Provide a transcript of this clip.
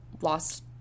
lost